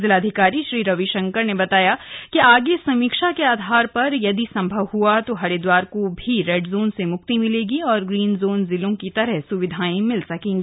जिलाधिकारी श्री रविशंकर ने बताया कि आगे समीक्षा के आधार पर यदि संभव हुआ तो हरिद्वार को भी रेड जोन से मुक्ति मिलेगी और ग्रीन जोन जिलों की तरह स्विधाएं मिल सकेंगी